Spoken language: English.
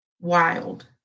Wild